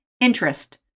interest